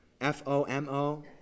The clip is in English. F-O-M-O